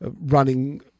running